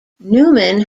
newman